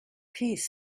piece